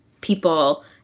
people